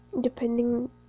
Depending